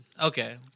Okay